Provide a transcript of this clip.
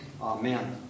Amen